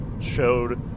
showed